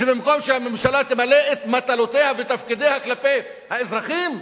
שבמקום שהממשלה תמלא את מטלותיה ואת תפקידיה כלפי האזרחים,